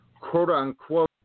quote-unquote